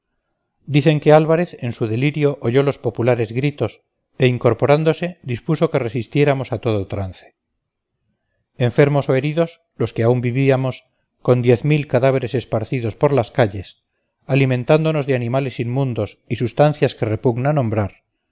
dicen que álvarez en su delirio oyó los populares gritos e incorporándose dispuso que resistiéramos a todo trance enfermos o heridos los que aún vivíamos con diez mil cadáveres esparcidos por las calles alimentándonos de animales inmundos y sustancias que repugna nombrar